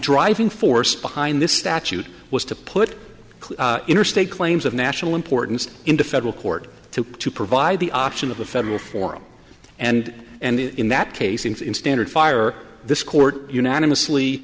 driving force behind this statute was to put interstate claims of national importance into federal court to to provide the option of a federal forum and and in that case in standard fire this court unanimously